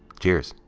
cheers!